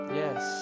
yes